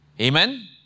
Amen